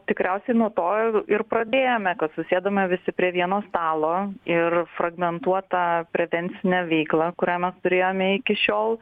tkriausiai nuo to ir pradėjome kad susėdome visi prie vieno stalo ir fragmentuotą prevencinę veiklą kurią mes turėjome iki šiol